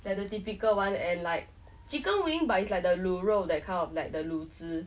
that the typical [one] and like chicken wing but it's like the 卤肉 that kind of like the 卤汁